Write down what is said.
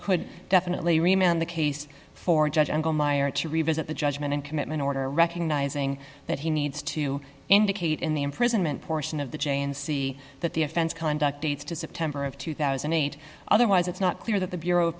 could definitely remain on the case for judge uncle meyer to revisit the judgment in commitment order recognizing that he needs to indicate in the imprisonment portion of the chain see that the offense conduct dates to september of two thousand and eight the wise it's not clear that the bureau